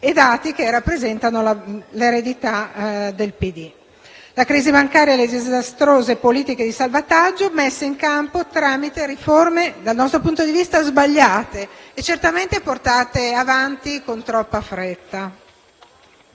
dati che rappresentano l'eredità del PD. La crisi bancaria e le disastrose politiche di salvataggio messe in campo, tramite riforme dal nostro punto di vista sbagliate e certamente portate avanti con troppa fretta,